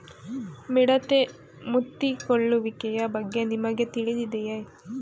ಮಿಡತೆ ಮುತ್ತಿಕೊಳ್ಳುವಿಕೆಯ ಬಗ್ಗೆ ನಿಮಗೆ ತಿಳಿದಿದೆಯೇ?